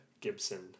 gibson